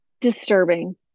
Disturbing